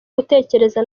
gutekereza